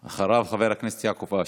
אחריו, חבר הכנסת יעקב אשר.